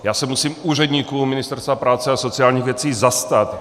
Já se musím úředníků Ministerstva práce a sociálních věcí zastat.